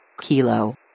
Kilo